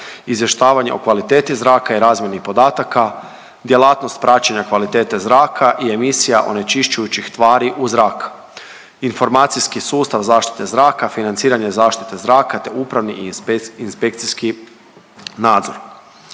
izvještavanje o kvaliteti zraka i razmjeni podataka, djelatnost praćenja kvalitete zraka i emisija onečišćujućih tvari u zrak, informacijski sustav zaštite zraka, financiranje zaštite zraka te upravni i inspekcijski nadzor.